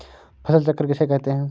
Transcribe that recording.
फसल चक्र किसे कहते हैं?